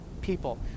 people